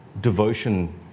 Devotion